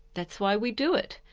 that's why we do it,